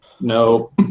no